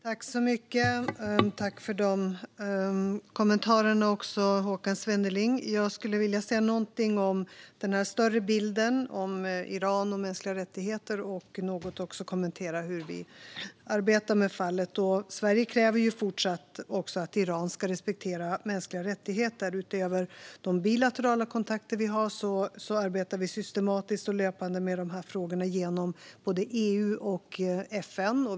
Fru talman! Tack, Håkan Svenneling, för kommentarerna! Jag skulle vilja säga någonting om den större bilden av Iran och mänskliga rättigheter och något också kommentera hur vi arbetar med fallet. Sverige kräver fortsatt att Iran ska respektera mänskliga rättigheter. Utöver de bilaterala kontakter vi har arbetar vi systematiskt och löpande med dessa frågor genom både EU och FN.